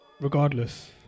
regardless